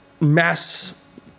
mass